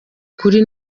kuri